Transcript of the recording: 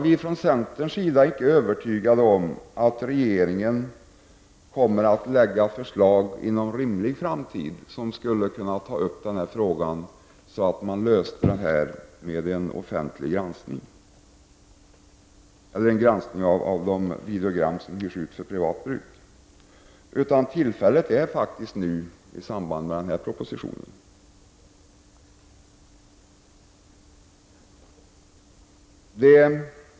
Vi från centern är icke övertygade om att regeringen inom en rimlig framtid kommer att lägga fram förslag, som skulle kunna ta upp den här frågan så att man skulle kunna lösa den med en granskning av de videogram som hyrs ut för privat bruk. Tillfället är faktiskt nu i samband med denna proposition.